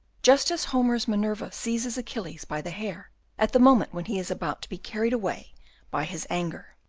just as homer's minerva seizes achilles by the hair at the moment when he is about to be carried away by his anger.